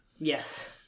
Yes